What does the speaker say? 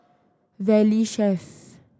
Valley Chef